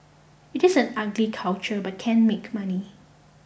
it is an ugly culture but can make money